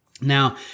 Now